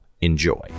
Enjoy